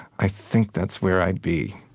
i think that's where i'd be